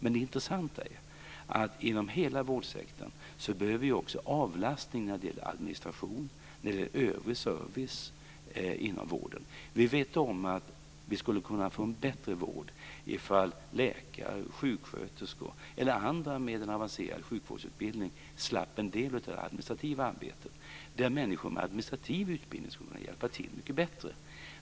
Men det intressanta är att inom hela vårdsektorn behöver vi också avlastning när det gäller administration och övrig service inom vården. Vi vet att vi skulle kunna få en bättre vård om läkare, sjuksköterskor och andra med en avancerad sjukvårdsutbildning slapp en del av det administrativa arbetet. Det skulle människor med administrativ utbildning kunna sköta mycket bättre.